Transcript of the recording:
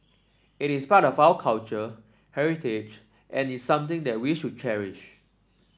it is part of our culture heritage and is something that we should cherish